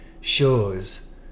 shows